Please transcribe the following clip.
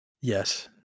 yes